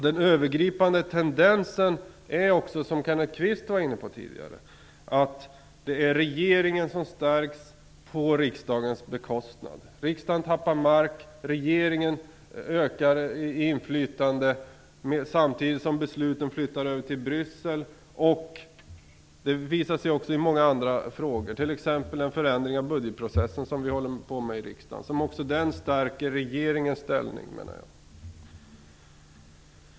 Den övergripande tendensen är också, som Kenneth Kvist var inne på tidigare, att regeringen stärks på riksdagens bekostnad. Riksdagen tappar mark och regeringens inflytande ökar, samtidigt som beslutsfattande flyttas över till Bryssel. Det visar sig också i många olika frågor, t.ex. den förändring av budgetprocessen som vi arbetar med i riksdagen. Också den stärker regeringens ställning, menar jag.